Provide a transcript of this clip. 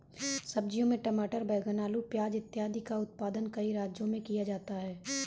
सब्जियों में टमाटर, बैंगन, आलू, प्याज इत्यादि का उत्पादन कई राज्यों में किया जाता है